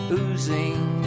Oozing